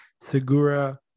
Segura